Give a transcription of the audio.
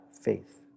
faith